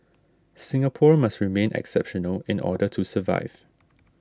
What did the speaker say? Singapore must remain exceptional in order to survive